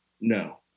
no